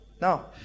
now